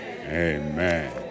Amen